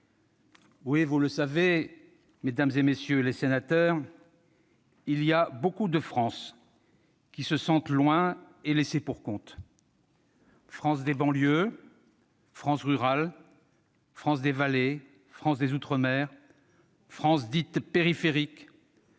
Oui, vous le savez, mesdames, messieurs, il y a beaucoup de France qui se sentent loin et laissées pour compte, France des banlieues, France rurale, France des vallées, France des outre-mer, France dite « périphérique